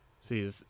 See